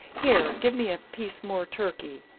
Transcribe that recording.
here, give me a piece more turkey.